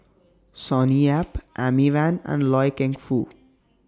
Sonny Yap Amy Van and Loy Keng Foo